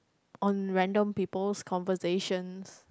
on random people's conversations